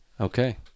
Okay